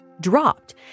dropped